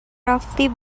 roughly